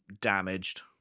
damaged